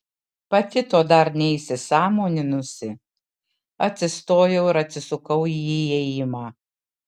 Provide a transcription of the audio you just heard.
pati to dar neįsisąmoninusi atsistojau ir atsisukau į įėjimą